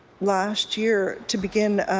last year to begin